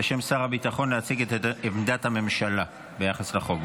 בשם שר הביטחון, להציג את עמדת הממשלה ביחס לחוק.